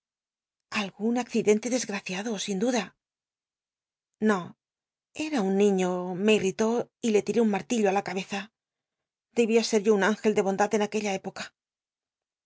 aigun accidente desgr i'io era un niiio me irl'iló y le lilé un ma tillo i la cabeza debia ser yo un in gel de bondad en aquella época